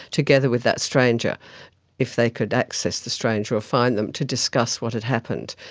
together with that stranger if they could access the stranger or find them to discuss what had happened.